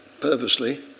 purposely